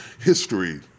history